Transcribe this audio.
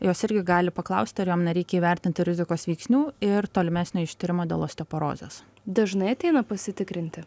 jos irgi gali paklausti ar jom nereikia įvertinti rizikos veiksnių ir tolimesnio ištyrimo dėl osteoporozės dažnai ateina pasitikrinti